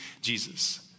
Jesus